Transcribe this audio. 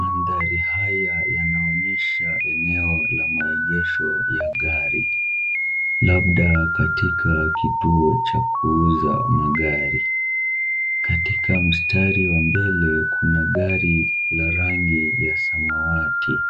Mandhari haya yanaonyesha eneo la maegesho ya gari labda katika kituo cha kuuza magari. Katika mstari wa mbele kuna gari la rangi ya samawati